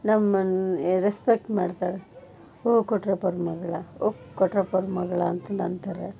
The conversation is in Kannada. ನಮ್ಮನ್ನು ಏ ರೆಸ್ಪೆಕ್ಟ್ ಮಾಡ್ತಾರೆ ಓ ಕೊಟ್ರಪ್ಪೋರ ಮಗಳಾ ಓ ಕೊಟ್ರಪ್ಪೋರ ಮಗಳಾ ಅಂತಂದು ಅಂತಾರೆ